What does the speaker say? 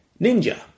Ninja